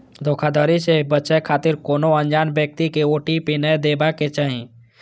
धोखाधड़ी सं बचै खातिर कोनो अनजान व्यक्ति कें ओ.टी.पी नै देबाक चाही